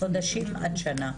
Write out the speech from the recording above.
חודשים עד שנה.